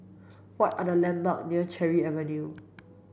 what are the landmarks near Cherry Avenue